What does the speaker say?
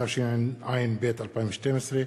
התשע"ב 2012,